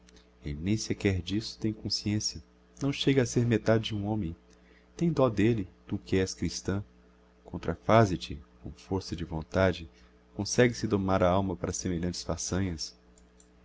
nem sequer d'isso tem consciencia não chega a ser a metade de um homem tem dó d'elle tu que és christã contrafaze te com força de vontade consegue se domar a alma para semelhantes façanhas